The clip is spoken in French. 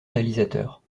réalisateur